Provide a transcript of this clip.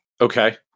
Okay